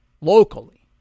locally